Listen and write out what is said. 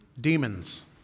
demons